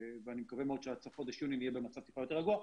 ואני מקווה שעד סוף חודש יוני נהיה במצב קצת יותר רגוע.